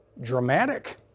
Dramatic